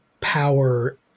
power